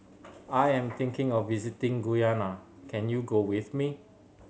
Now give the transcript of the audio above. I am thinking of visiting Guyana can you go with me